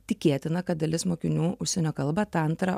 tikėtina kad dalis mokinių užsienio kalbą tą antrą